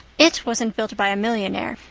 it wasn't built by a millionaire.